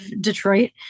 Detroit